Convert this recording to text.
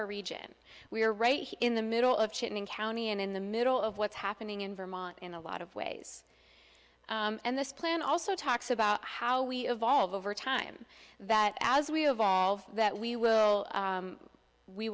our region we're right in the middle of chipping county and in the middle of what's happening in vermont in a lot of ways and this plan also talks about how we evolve over time that as we evolve that we will